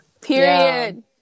Period